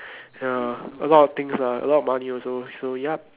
ya a lot of things lah a lot of money also so yup